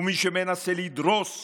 ומי שמנסה לדרוס